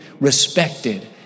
respected